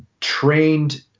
trained